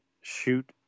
shoot